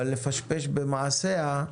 אבל לפשפש במעשיה,